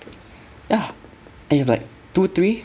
ya I have like two three